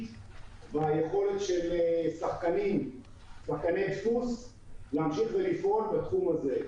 ביכולת של שחקני דפוס להמשיך ולפעול בתחום הזה.